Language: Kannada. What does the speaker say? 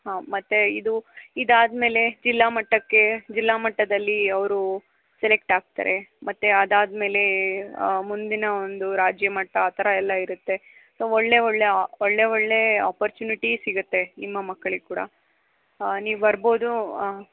ಹಾಂ ಮತ್ತು ಇದು ಇದಾದ ಮೇಲೆ ಜಿಲ್ಲಾ ಮಟ್ಟಕ್ಕೆ ಜಿಲ್ಲಾ ಮಟ್ಟದಲ್ಲಿ ಅವರು ಸೆಲೆಕ್ಟ್ ಆಗ್ತಾರೆ ಮತ್ತು ಅದಾದ ಮೇಲೆ ಮುಂದಿನ ಒಂದು ರಾಜ್ಯ ಮಟ್ಟ ಆ ಥರ ಎಲ್ಲ ಇರುತ್ತೆ ಸೊ ಒಳ್ಳೆಯ ಒಳ್ಳೆಯ ಒಳ್ಳೆಯ ಒಳ್ಳೆಯ ಅಪೋರ್ಚುನಿಟೀ ಸಿಗುತ್ತೆ ನಿಮ್ಮ ಮಕ್ಕಳಿಗೆ ಕೂಡ ನೀವು ಬರ್ಬೋದು ಆಂ